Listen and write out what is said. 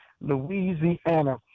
Louisiana